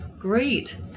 Great